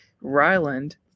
Ryland